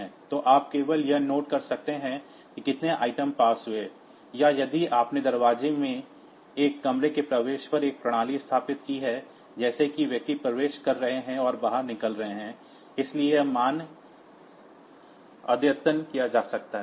तो आप केवल यह नोट कर सकते हैं कि कितने आइटम पास हुए हैं या यदि आपने दरवाजे में एक कमरे के प्रवेश पर एक प्रणाली स्थापित की है जैसे कि व्यक्ति प्रवेश कर रहे हैं और बाहर निकल रहे हैं इसलिए यह मान अद्यतन किया जा सकता है